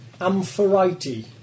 Amphorite